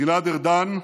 גלעד ארדן,